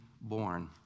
born